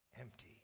empty